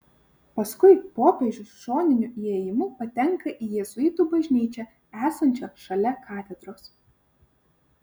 paskui popiežius šoniniu įėjimu patenka į jėzuitų bažnyčią esančią šalia katedros